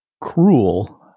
cruel